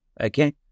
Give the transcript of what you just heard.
okay